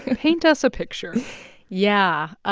paint us a picture yeah.